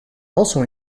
also